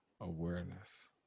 awareness